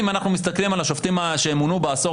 אם אנחנו מסתכלים על השופטים שמונו בעשור